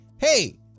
hey